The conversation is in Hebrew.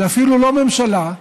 זו אפילו לא הממשלה,